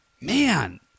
Man